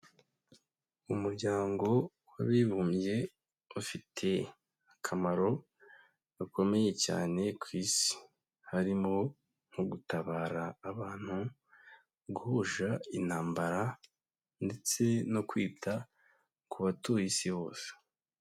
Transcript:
Umuryango w'abibumbye ufite akamaro gakomeye cyane ku isi harimo nko gutabara abantu, guhosha intambara, ndetse no kwita ku batuye isi bose.